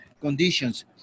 conditions